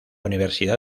universidad